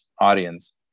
audience